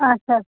اچھا